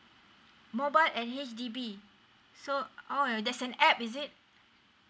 mobile at H_D_B so uh there's an app is it